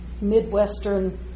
Midwestern